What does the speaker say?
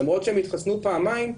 למרות שהם התחסנו פעמיים,